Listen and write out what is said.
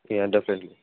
definitely